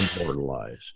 immortalized